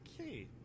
okay